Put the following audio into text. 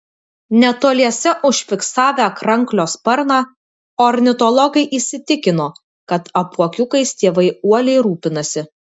netoliese užfiksavę kranklio sparną ornitologai įsitikino kad apuokiukais tėvai uoliai rūpinasi